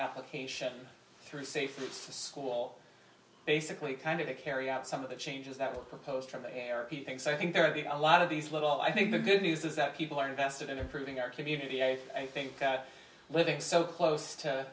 application through safe routes to school basically kind of to carry out some of the changes that were proposed from the air he thinks i think there are a lot of these little i think the good news is that people are invested in improving our community i think living so close to